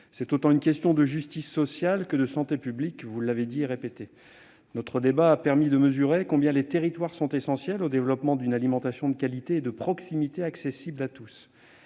d'une question autant de justice sociale que de santé publique, vous l'avez dit et répété. Notre débat a permis de mesurer combien les territoires sont essentiels au développement d'une alimentation de qualité et de proximité accessible à tous.